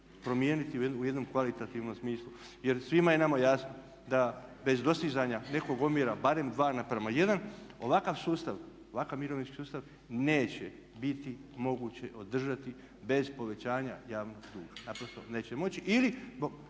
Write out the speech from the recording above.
promijeniti u jednom kvalitativnom smislu. Jer svima je nama jasno da bez dostizanja nekog omjera barem dva naprama jedan ovakav sustav, ovakav mirovinski sustav neće biti moguće održati bez povećanja javnog duga. Naprosto neće moći